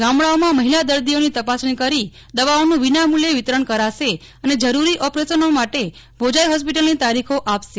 ગામડાઓમાં મહિલા દર્દીઓની તપાસણી કરી દવાઓ નું વિનામૂલ્યે વિતરણ કરાશે અને જરૂરી ઓપરેશનો માટે ભોજાય હોસ્પિટલની તારીખો આપશે